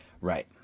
Right